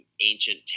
ancient